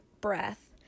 breath